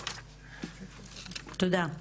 תודה.